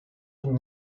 from